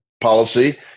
policy